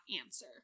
answer